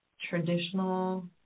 traditional